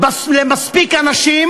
למספיק אנשים,